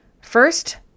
First